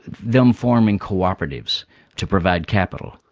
them forming cooperatives to provide capital.